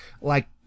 like